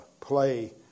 play